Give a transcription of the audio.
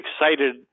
excited